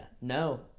No